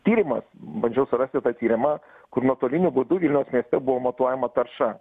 tyrimas bandžiau surasti tą tyrimą kur nuotoliniu būdu vilniaus mieste buvo matuojama tarša